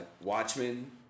Watchmen